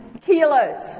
kilos